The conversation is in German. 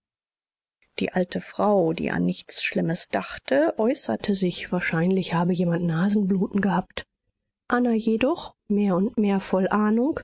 die alte frau die an nichts schlimmes dachte äußerte sich wahrscheinlich habe jemand nasenbluten gehabt anna jedoch mehr und mehr voll ahnung